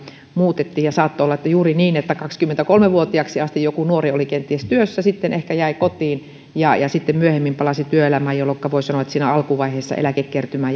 muutettiin saattoi olla juuri niin että kenties kaksikymmentäkolme vuotiaaksi joku nuori oli työssä sitten ehkä jäi kotiin ja ja sitten myöhemmin palasi työelämään jolloinka voi sanoa että siinä alkuvaiheessa eläkekertymä